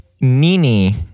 Nini